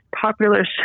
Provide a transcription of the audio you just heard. popular